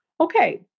okay